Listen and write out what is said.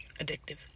Addictive